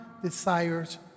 Desires